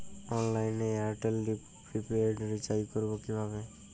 অনলাইনে এয়ারটেলে prepaid recharge করবো কিভাবে?